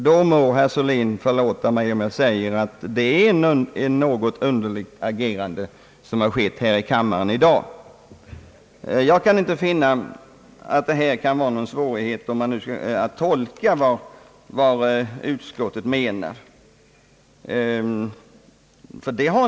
Då må herr Sörlin förlåta mig om jag anser att det har varit ett något underligt agerande här i kammaren i dag. Jag kan inte finna att det är någon svårighet att tolka vad utskottet menar.